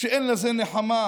אין לזה נחמה.